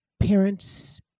parents